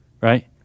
right